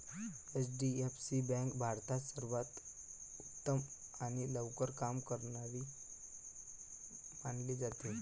HDFC bank भारतात सर्वांत उत्तम आणि लवकर काम करणारी मानली जाते